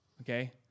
okay